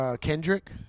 Kendrick